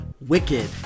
wicked